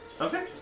Okay